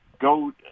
go